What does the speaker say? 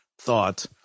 thought